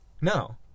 No